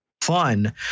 fun